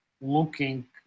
looking